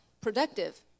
productive